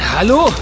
Hallo